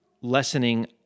lessening